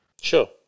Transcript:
sure